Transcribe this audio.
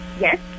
Yes